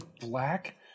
black